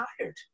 tired